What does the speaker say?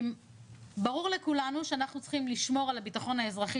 ברור לכולנו שאנחנו צריכים לשמור על הבטחון האזרחי